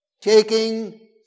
Taking